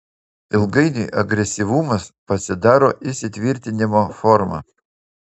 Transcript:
ilgainiui agresyvumas pasidaro įsitvirtinimo forma